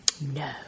No